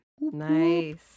Nice